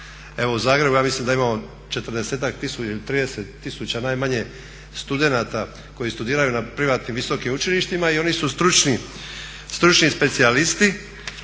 evo u Zagrebu mislim da imamo 40-ak ili 30 tisuća najmanje studenata koji studiraju na privatnim visokim učilištima i oni su stručni specijalisti